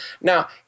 Now